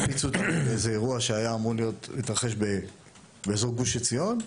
הקפיצו אותנו לאירוע שהתרחש באיזור גוש עציון.